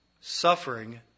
suffering